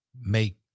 make